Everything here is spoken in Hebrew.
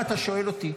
אם אתה שואל אותי,